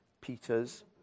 Peters